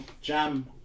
jam